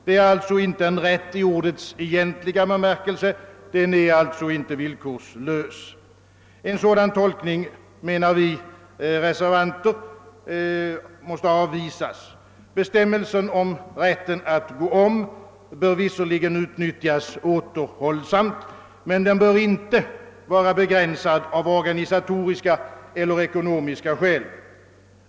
Det är alltså inte en rätt i ordets egentliga bemärkelse, eftersom den inte är villkorslös. En sådan tolkning — menar vi re servanter — måste avvisas. Bestämmelsen om rätten att gå om bör visserligen utnyttjas återhållsamt, men den bör inte vara begränsad av organisatoriska eller ekonomiska skäl.